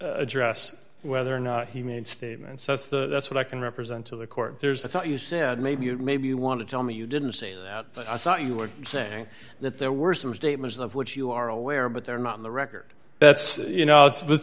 address whether or not he made statements that's the that's what i can represent to the court there's a thought you said maybe you maybe you want to tell me you didn't say that i thought you were saying that there were some statements of which you are aware but they're not in the record that's you know it's